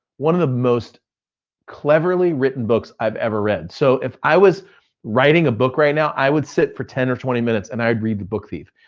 one of the most cleverly written books i've ever read. so if i was writing a book right now, i would sit for ten or twenty minutes and i'd read the book thief.